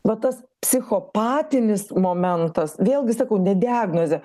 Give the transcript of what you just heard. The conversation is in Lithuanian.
va tas psichopatinis momentas vėlgi sakau ne diagnozė